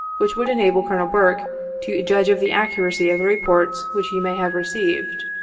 which would enable colonel burke to judge of the accuracy of the reports which he may have received.